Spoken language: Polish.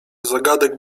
zagadek